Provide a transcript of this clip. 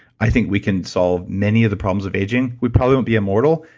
i think we can solve many of the problems of aging. we probably won't be immortal,